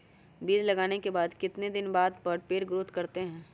बीज लगाने के बाद कितने दिन बाद पर पेड़ ग्रोथ करते हैं?